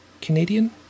Canadian